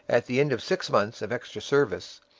at the end of six months of extra service,